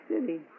City